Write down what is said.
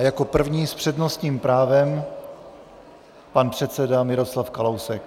Jako první s přednostním právem pan předseda Miroslav Kalousek.